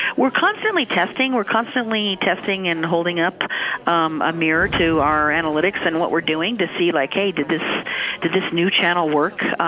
we're constantly testing. we're constantly testing and holding up a mirror to our analytics in what we're doing to see like, hey, did this did this new channel work?